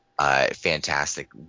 Fantastic